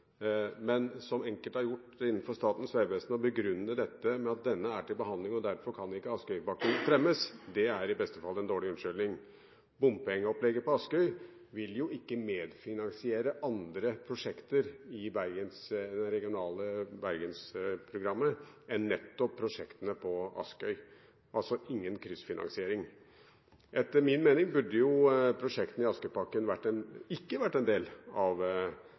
men slik enkelte har gjort innenfor Statens vegvesen: å begrunne dette med at denne er til behandling og derfor kan ikke Askøypakken fremmes, er i beste fall en dårlig unnskyldning. Bompengeopplegget på Askøy vil jo ikke medfinansiere andre prosjekter i det regionale Bergensprogrammet enn nettopp prosjektene på Askøy, altså ingen kryssfinansiering. Etter min mening burde prosjektene i Askøypakken ikke vært en del av